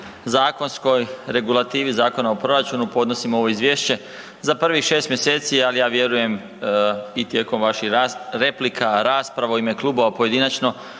zakonskoj regulativi Zakona o proračunu podnosimo ovo izvješće za prvih 6 mjeseci, a ja vjerujem i tijekom vaših replika, rasprava u ime klubova, pojedinačno